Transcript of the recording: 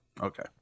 Okay